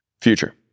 Future